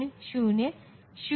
इसलिए यह 161 के बराबर होना चाहिए